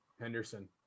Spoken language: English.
Henderson